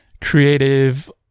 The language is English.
creative